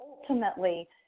ultimately